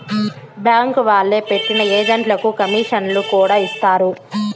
bank వాళ్లే పెట్టిన ఏజెంట్లకు కమీషన్లను కూడా ఇత్తారు